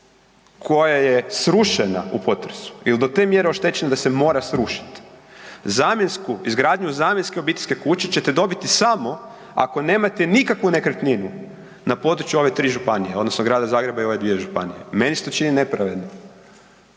koja je srušena u potresu ili do te mjere oštećena da se mora srušiti, zamjensku, izgradnju zamjenske obiteljske kuće ćete dobiti samo ako nemate nikakvu nekretninu na području ove 3. županije, odnosno Grada Zagreba i ove 2 županije. Meni se to čini nepravedno.